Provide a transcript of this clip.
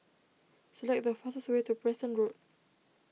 select the fastest way to Preston Road